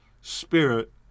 spirit